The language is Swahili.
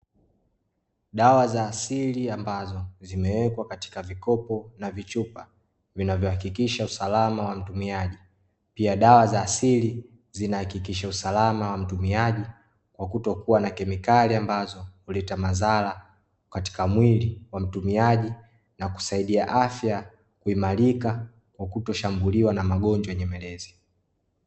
Dawa za asili ambazo zimewekwa katika vikopo na vichupa vinazohakikisha usalama wa mtumiaji. Pia dawa za asili zinahakikisha usalama wa mtumiaji kwa kutokuwa na kemikali ambazo huleta madhara katika mwili wa mtumiaji na kusaidia afya kuimarika kwa kutoshambuliwa na magonjwa nyemelezi.